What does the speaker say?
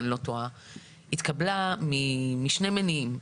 התקבלה משני מניעים: